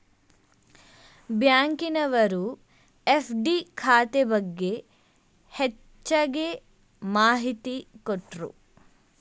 ಬ್ಯಾಂಕಿನವರು ಎಫ್.ಡಿ ಖಾತೆ ಬಗ್ಗೆ ಹೆಚ್ಚಗೆ ಮಾಹಿತಿ ಕೊಟ್ರು